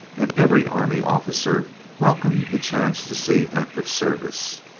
and every army officer welcomed the chance to see active service.